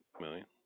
million